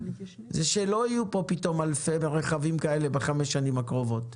זה שלא יהיו פה פתאום אלפי רכבים כאלה בחמש השנים הקרובות.